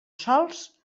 sols